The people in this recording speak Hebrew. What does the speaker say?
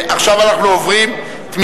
עכשיו אנחנו עוברים לסעיף 38,